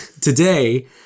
today